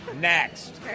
Next